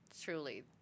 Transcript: truly